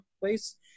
place